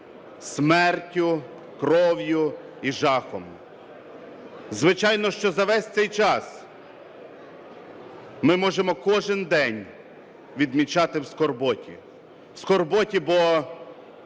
смертю, кров'ю і жахом. Звичайно, що за весь цей час ми можемо кожен день відмічати в скорботі. В скорботі, бо